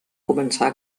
començar